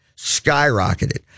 skyrocketed